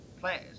players